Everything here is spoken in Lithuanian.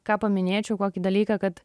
ką paminėčiau kokį dalyką kad